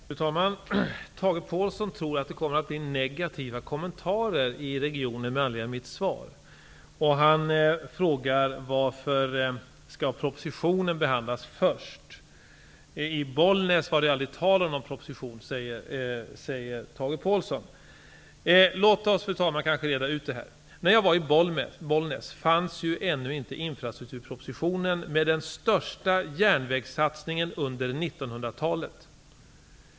Fru talman! Tage Påhlsson tror att det blir negativa kommentarer i regionen med anledning av mitt svar och frågar varför propositionen skall behandlas först. I Bollnäs var det aldrig tal om någon proposition, säger han. Låt oss, fru talman, reda ut det här! När jag var i Bollnäs fanns inte infrastrukturpropositionen med den största järnvägssatsningen under 1900-talet.